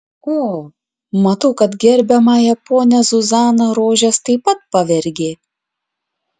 o matau kad gerbiamąją ponią zuzaną rožės taip pat pavergė